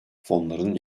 fonların